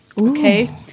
okay